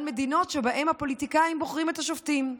מדינות שבהן הפוליטיקאים בוחרים את השופטים?